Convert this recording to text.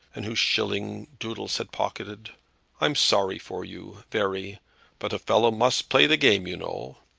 and whose shilling doodles had pocketed i'm sorry for you, very but a fellow must play the game, you know.